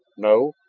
no.